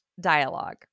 dialogue